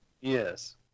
Yes